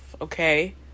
okay